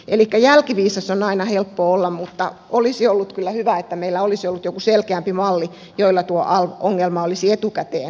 elikkä jälkiviisas on aina helppo olla mutta olisi ollut kyllä hyvä että meillä olisi ollut joku selkeämpi malli jolla tuo alv ongelma olisi etukäteen ratkaistu